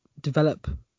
develop